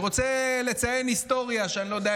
אני רוצה לציין היסטוריה, שאני לא יודע